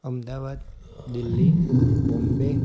Ahmedabad Delhi Bombay